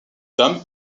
dames